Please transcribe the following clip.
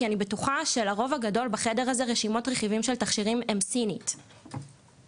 כי אני בטוחה שלרוב האנשים בחדר הזה רשימת הרכיבים היא סינית בשבילם,